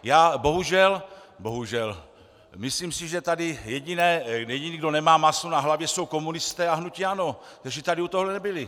Já bohužel, bohužel, myslím si, že tady jediný, kdo nemá máslo na hlavě, jsou komunisté a hnutí ANO, kteří tady u toho nebyli.